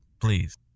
please